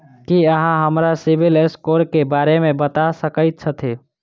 की अहाँ हमरा CIBIL score क बारे मे बता सकइत छथि?